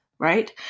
right